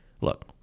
Look